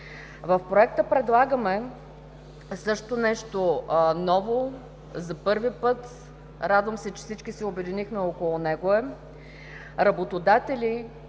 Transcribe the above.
В Проекта също предлагаме нещо ново. За първи път, радвам се, че всички се обединихме около него, работодателите,